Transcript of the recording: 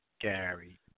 Gary